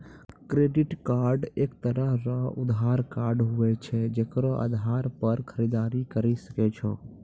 credit card एक तरह रो उधार कार्ड हुवै छै जेकरो आधार पर खरीददारी करि सकै छो